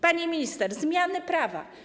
Pani minister, zmiany prawa.